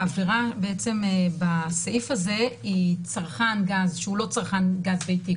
בעצם העבירה בסעיף היא צרכן גז שהוא לא צרכן גז ביתי,